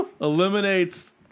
Eliminates